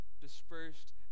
dispersed